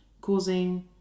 causing